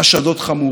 למושחתים.